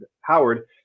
Howard